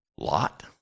Lot